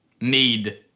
need